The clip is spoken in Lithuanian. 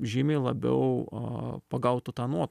žymiai labiau a pagautų tą nuo